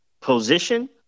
position